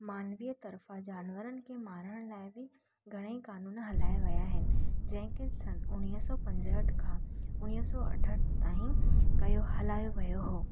मानवीय तर्फ़ां जानवरनि खे मारण लाइ बि घणेई क़ानून हलाया विया हिन जंहिं खे सन उणिवीह सौ पंजहठि खां उणिवीह सौ अठहठि ताईं कयो हलायो वियो हो